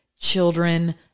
children